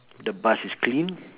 the bus is clean